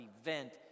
event